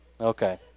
Okay